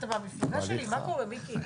אתה מהמפלגה שלי מיקי,